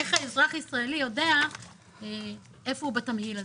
איך אזרח ישראלי ידע איפה הוא בתמהיל הזה?